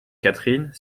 catherine